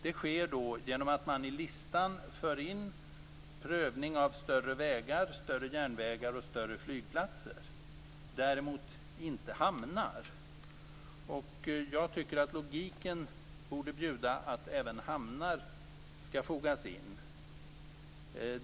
Det sker genom att man i listan för in prövning av större vägar, större järnvägar och större flygplatser, däremot inte hamnar. Jag tycker att logiken borde bjuda att även hamnar skall fogas in.